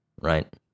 right